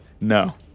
no